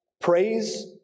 Praise